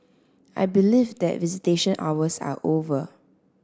I believe that visitation hours are over